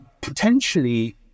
potentially